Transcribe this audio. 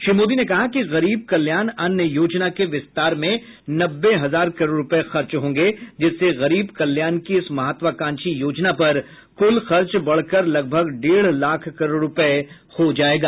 श्री मोदी ने कहा कि गरीब कल्याण अन्न योजना के विस्तार में नब्बे हजार करोड़ रुपये खर्च होंगे जिससे गरीब कल्याण की इस महत्वाकांक्षी योजना पर कुल खर्च बढ़कर लगभग डेढ़ लाख करोड़ रुपये हो जायेगा